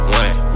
one